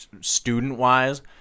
student-wise